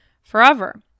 forever